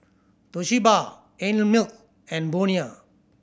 Toshiba Einmilk and Bonia